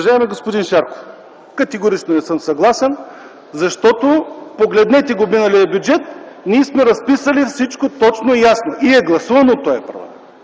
Уважаеми господин Шарков, категорично не съм съгласен, защото погледнете миналия бюджет – ние сме разписали всичко точно и ясно. И е гласуван от този парламент.